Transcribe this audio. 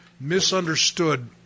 misunderstood